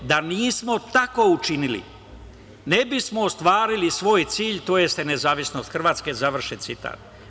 Da nismo tako učinili, ne bismo ostvarili svoj cilj, tj. nezavisnost Hrvatske, završen citat.